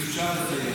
אם אפשר לסייג.